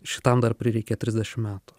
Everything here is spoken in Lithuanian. šitam dar prireikė trisdešimt metų